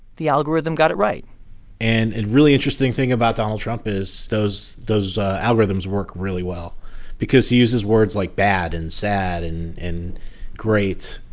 the algorithm got it right and a really interesting thing about donald trump is those those algorithms work really well because he uses words like bad and sad and and great,